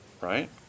right